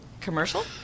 commercial